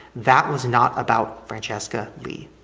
that was not about franchesca leigh.